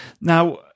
Now